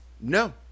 No